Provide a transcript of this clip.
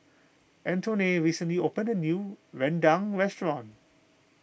Antone recently opened a new Rendang restaurant